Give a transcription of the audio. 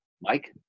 mike